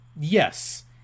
yes